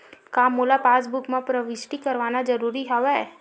का मोला पासबुक म प्रविष्ट करवाना ज़रूरी हवय?